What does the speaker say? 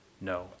no